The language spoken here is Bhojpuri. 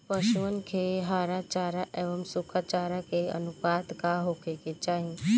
पशुअन के हरा चरा एंव सुखा चारा के अनुपात का होखे के चाही?